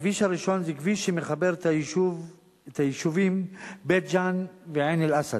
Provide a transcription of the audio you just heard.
הכביש הראשון זה כביש שמחבר את היישובים בית-ג'ן ועין-אל-אסד.